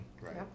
Right